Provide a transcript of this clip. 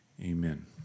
Amen